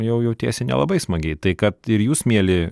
jau jautiesi nelabai smagiai tai kad ir jūs mieli